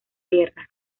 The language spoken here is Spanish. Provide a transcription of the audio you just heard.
guerra